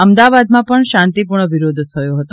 અમદાવાદમાં પણ શાંતિ પૂર્ણ વિરોધ થયો હતો